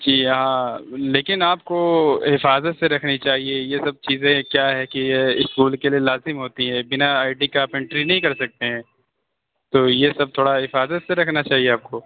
جی ہاں لیکن آپ کو حفاظت سے رکھنی چاہیے یہ سب چیزیں کیا ہے کہ یہ اسکول کے لیے لازم ہوتی ہے بنا آئی ڈی کے آپ انٹری نہیں کر سکتے ہیں تو یہ سب تھوڑا حفاظت سے رکھنا چاہیے آپ کو